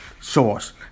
source